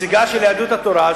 נציגה של יהדות התורה,